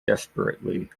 desperately